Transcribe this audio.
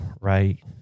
right